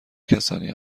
کسانی